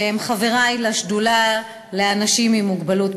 שהם חברי לשדולה לאנשים עם מוגבלות.